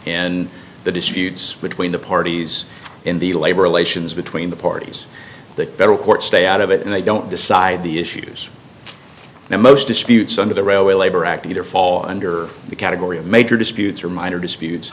in the disputes between the parties in the labor relations between the parties the federal courts stay out of it and they don't decide the issues and most disputes under the railway labor act either fall under the category of major disputes or minor disputes